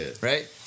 Right